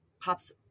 pops